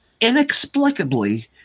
inexplicably